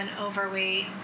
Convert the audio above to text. overweight